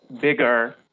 bigger